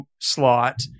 slot